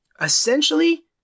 Essentially